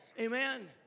Amen